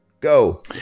go